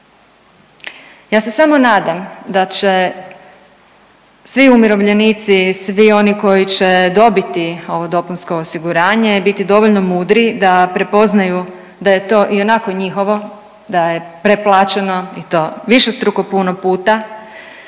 Ja se samo nadam da će svi umirovljenici i svi oni koji će dobiti ovo dopunsko osiguranje biti dovoljno mudri da prepoznaju da je to ionako njihovo, da je preplaćeno i to višestruko puno puta